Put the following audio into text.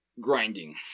grinding